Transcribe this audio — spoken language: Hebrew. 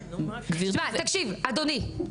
תקשיב, אדוני,